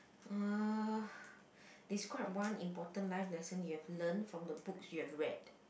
uh describe one important life lesson you have learnt from the books you have read